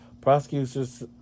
Prosecutors